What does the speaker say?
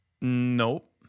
Nope